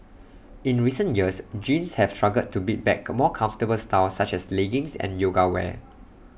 in recent years jeans have struggled to beat back more comfortable styles such as leggings and yoga wear